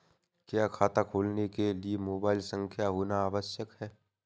क्या खाता खोलने के लिए मोबाइल संख्या होना आवश्यक है?